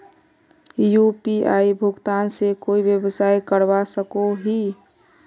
UPI भुगतान से कोई व्यवसाय करवा सकोहो ही?